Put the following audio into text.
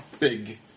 big